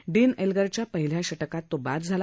dean एल्गरच्या पहिल्या षटकात तो बाद झाला